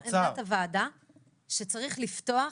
גם עמדת הוועדה היא שצריך לפתוח,